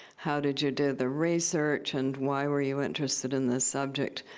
how did you do the research? and why were you interested in this subject,